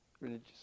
religious